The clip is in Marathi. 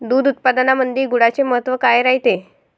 दूध उत्पादनामंदी गुळाचे महत्व काय रायते?